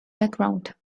background